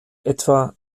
etwa